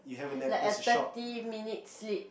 like a thirty minutes sleep